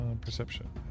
Perception